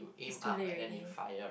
it's too late already